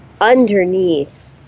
underneath